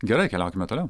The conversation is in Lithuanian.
gerai keliaukime toliau